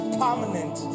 permanent